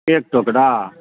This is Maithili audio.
एक टोकरा